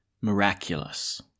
miraculous